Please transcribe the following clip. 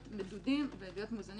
וצריכים להיות מדודים ולהיות מאוזנים